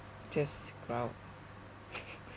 just growled